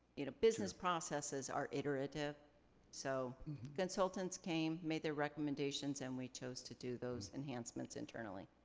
you know business processes are iterative so consultants came, made their recommendations and we chose to do those enhancements internally.